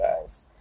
guys